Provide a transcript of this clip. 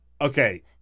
Okay